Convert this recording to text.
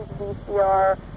VCR